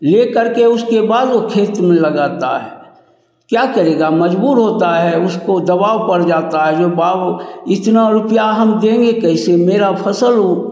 लेकर के उसके बाद वह खेत में लगाता है क्या करेगा मजबूर होता है उसको दबाव पड़ जाता है जो बाऊ इतना रुपया हम देंगे कैसे मेरा फसल वह